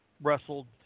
wrestled